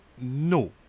No